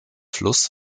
fluss